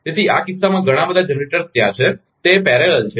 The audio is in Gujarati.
તેથી આ કિસ્સામાં ઘણા બધા જનરેટર ત્યાં છે અને તે સમાંતરપેરેલલ છે